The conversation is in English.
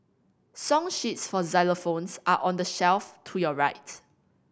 song sheets for xylophones are on the shelf to your right